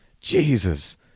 Jesus